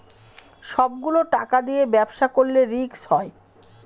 সব গুলো টাকা দিয়ে ব্যবসা করলে রিস্ক হয়